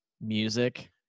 music